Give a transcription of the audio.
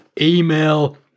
email